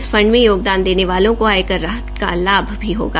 इस फंड में योगदान देने वालों को आयकर राहत का लाभ भी होगा